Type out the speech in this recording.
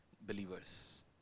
believers